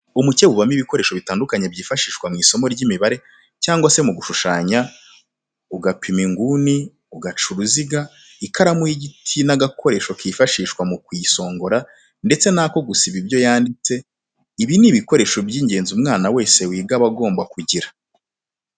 Umukebe ubamo ibikoresho bitandukanye byifashishwa mu isomo ry'imibare cyangwa se mu gushushanya, ugapima inguni, ugaca uruziga, ikaramu y'igiti n'agakoresho kifashishwa mu kuyiconga ndetse n'ako gusiba ibyo yanditse, ni ibikoresho by'ingenzi umwana wese wiga aba agomba kugira.